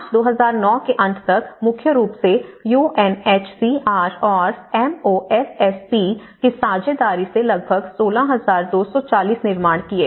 मार्च 2009 के अंत तक मुख्य रूप से U N S C R और एमओएसएसपी की साझेदारी से लगभग 16240 निर्माण किए